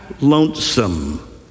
lonesome